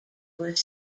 were